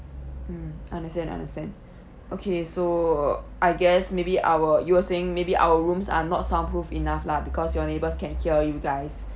mm understand understand okay so I guess maybe our you were saying maybe our rooms are not soundproof enough lah because your neighbours can hear you guys